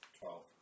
Twelve